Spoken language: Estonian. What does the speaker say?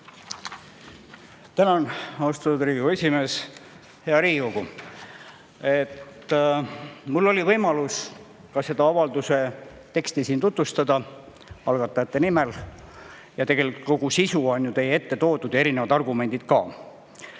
Tänan, austatud Riigikogu esimees! Hea Riigikogu! Mul oli võimalus seda avalduse teksti siin tutvustada algatajate nimel ja tegelikult kogu sisu on ju teie ette toodud, erinevad argumendid ka.